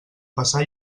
passar